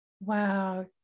Wow